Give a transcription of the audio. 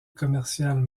commercial